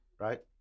right